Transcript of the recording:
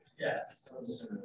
Yes